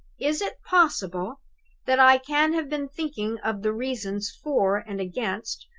is it possible that i can have been thinking of the reasons for and against,